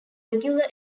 regular